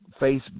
Facebook